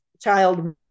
child